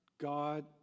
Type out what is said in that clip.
God